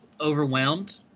overwhelmed